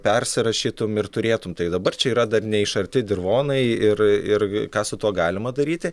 persirašytum ir turėtum tai dabar čia yra dar neišarti dirvonai ir ir ką su tuo galima daryti